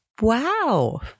Wow